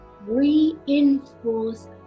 reinforce